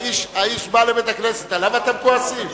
האיש בא לבית-הכנסת, עליו אתם כועסים?